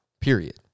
period